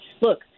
Look